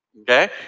Okay